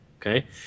Okay